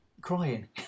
crying